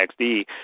XD